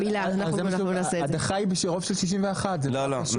אבל הדחה היא ברוב של 61, זה נורא פשוט.